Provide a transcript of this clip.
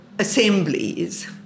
assemblies